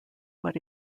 what